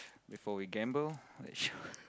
before we gamble let's shu~